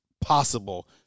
possible